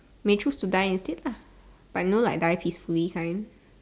may choose to die instead lah like know like die peacefully kind